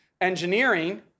engineering